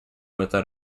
without